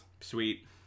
Sweet